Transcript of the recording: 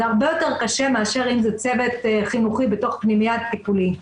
זה הרבה יותר קשה מאשר אם זה צוות חינוכי בתוך פנימייה טיפולית.